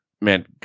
Man